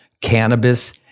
cannabis